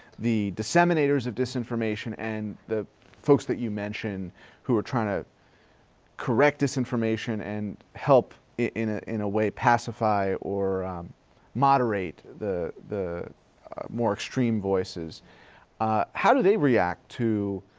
the disseminators of disinformation and the folks that you mentioned who are trying to correct disinformation and help in ah in a way pacify or moderate the the more extreme voices how do they react to